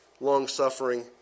long-suffering